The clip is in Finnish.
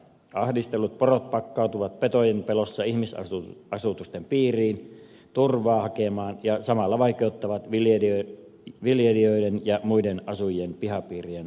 ahdistellut porot pakkautuvat petojen pelossa ihmisasutusten piiriin turvaa hakemaan ja samalla vaikeuttavat viljelijöiden ja muiden asujien pihapiirien asumisrauhaa